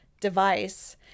device